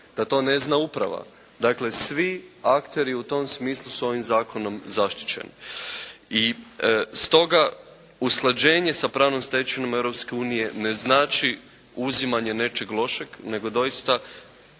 da to ne zna uprava, dakle svi akteri u tom smislu su ovim Zakonom zaštićeni. I usklađenje sa pravnom stečevinom Europske u nije ne znači uzimanje nečeg lošeg, nego doista,